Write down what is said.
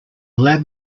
lab